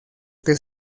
que